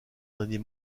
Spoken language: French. dernier